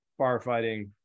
firefighting